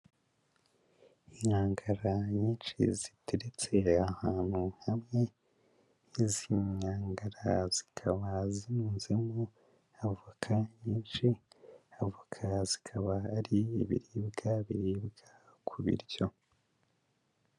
Inkangara nyinshi ziteretse ahantu hamwe, izi nkangara zikaba zirunzemo avoka nyinshi, avoka zikaba ari ibiribwa biribwa ku biryo.